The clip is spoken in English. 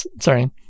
sorry